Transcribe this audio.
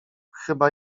chyba